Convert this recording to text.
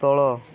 ତଳ